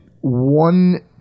one